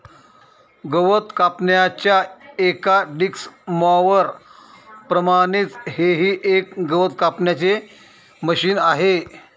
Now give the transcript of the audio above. गवत कापण्याच्या एका डिक्स मॉवर प्रमाणेच हे ही एक गवत कापण्याचे मशिन आहे